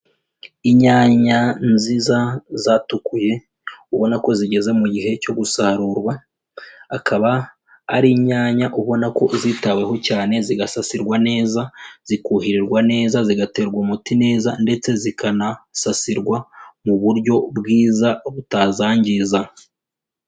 Inyanya nziza zatukuye ubona ko zigeze mu gihe cyo gusarurwa, akaba ari inyanya ubona ko zitaweho cyane zigasasirwa neza, zikuhirirwa neza, zigaterwa umuti neza ndetse zikanasasirwa mu buryo bwiza butazangiza.